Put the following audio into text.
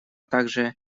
также